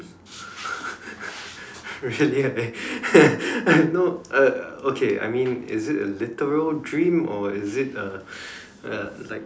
really I no uh okay I mean is it a literal dream or is it a a like